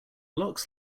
locks